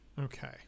Okay